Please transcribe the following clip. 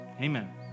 amen